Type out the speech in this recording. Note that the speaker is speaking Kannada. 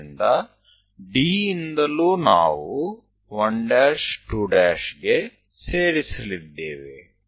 ಆದ್ದರಿಂದ D ಯಿಂದಲೂ ನಾವು 1 ' 2' ಗೆ ಸೇರಿಸಲಿದ್ದೇವೆ